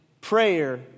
Prayer